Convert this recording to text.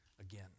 again